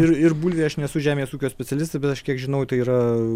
ir ir bulvė aš nesu žemės ūkio specialistas bet aš kiek žinau tai yra